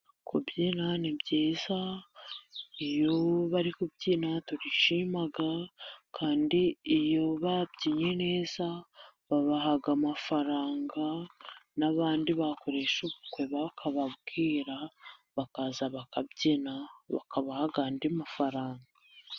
kubyina ni byiza, iyo bari kubyina turishima kandi iyo babyinnye neza babaha amafaranga n'abandi bakoresha ubukwe bakababwira bakaza bakabyina bakabaha andi mafaranga.